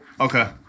Okay